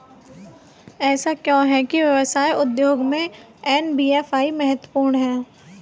ऐसा क्यों है कि व्यवसाय उद्योग में एन.बी.एफ.आई महत्वपूर्ण है?